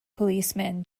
policemen